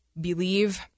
believe